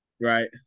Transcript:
right